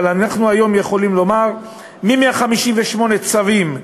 אבל אנחנו היום יכולים לומר: מ-158 צווים,